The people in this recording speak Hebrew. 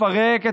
לפרק את